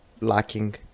lacking